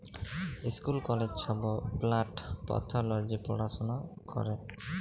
school কলেজে ছব plant pathology পড়াশুলা ক্যরে